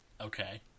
Okay